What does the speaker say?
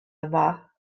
yma